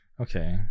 Okay